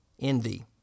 envy